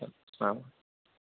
السلام